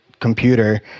computer